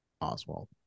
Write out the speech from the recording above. Oswald